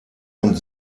und